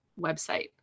website